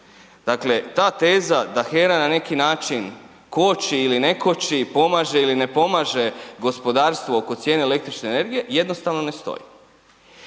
Dakle, ta teza da HERA na neki način koči ili ne koči, pomaže ili ne pomaže gospodarstvo oko cijene električne energije jednostavno ne stoji.